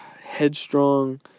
headstrong